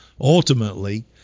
Ultimately